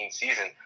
season